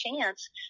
chance